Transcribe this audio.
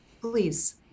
Please